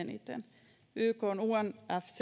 eniten ykn unfccc